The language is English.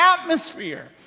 atmosphere